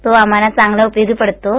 तो आम्हाला चांगला उपयोगी पडतो आहे